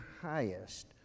highest